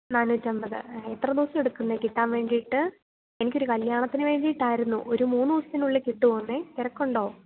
നാനൂറ്റിയമ്പത് എത്ര ദിവസമെടുക്കും കിട്ടാൻ വേണ്ടിയിട്ട് എനിക്കൊരു കല്യാണത്തിന് വേണ്ടിയിട്ടായിരുന്നു ഒരു മൂന്ന് ദിവസത്തിനുള്ളില് കിട്ടുമോ തിരക്കുണ്ടോ